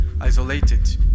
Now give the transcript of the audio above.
isolated